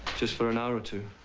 just for an hour or two.